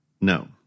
No